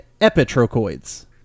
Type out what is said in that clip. Epitrochoids